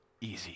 easy